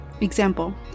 Example